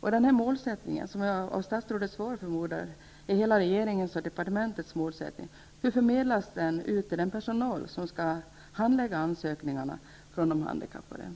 Jag undrar hur den målsättning som framgår av svaret, och jag förmodar att det är regeringens och departementets målsättning, förmedlas vidare till den personal som har att handlägga de handikappades